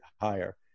higher